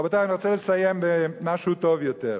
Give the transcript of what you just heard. רבותי, אני רוצה לסיים במשהו טוב יותר.